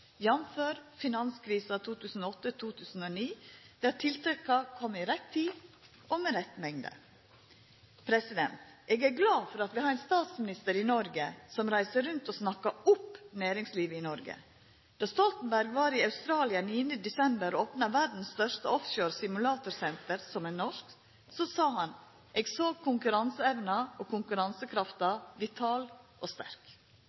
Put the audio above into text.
finanskrisa 2008–2009, der tiltaka kom i rett tid og i rett mengd. Eg er glad for at vi har ein statsminister i Noreg som reiser rundt og snakkar opp næringslivet i Noreg. Då Stoltenberg var i Australia 9. desember og opna verdas største offshore simulatorsenter, som er norsk, sa han: Eg såg konkurranseevna og konkurransekrafta vital og sterk.